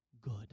good